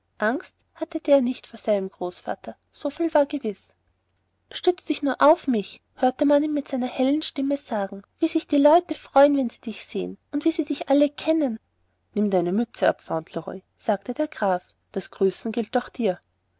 angst hatte der nicht vor seinem großvater so viel war gewiß stütz dich nur auf mich hörte man ihn mit seiner hellen stimme sagen wie sich die leute freuen wenn sie dich sehen und wie sie dich alle kennen nimm deine mütze ab fauntleroy sagte der graf das grüßen gilt dir